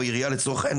או עירייה לצורך העניין,